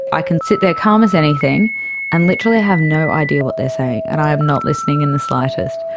i can sit there calm as anything and literally have no idea what they're saying and i am not listening in the slightest.